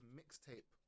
mixtape